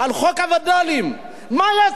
מה יצא מזה בעצם, אדוני היושב-ראש?